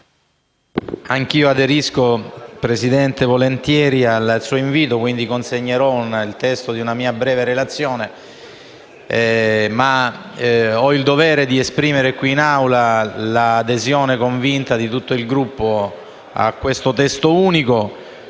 anche io aderisco volentieri al suo invito e quindi consegnerò il testo del mio intervento, ma ho il dovere di esprimere in Aula l'adesione convinta di tutto il Gruppo a questo testo unico